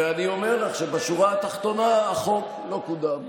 אני אומר לך שבשורה התחתונה החוק לא קודם,